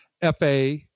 FA